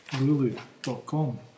Lulu.com